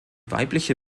weibliche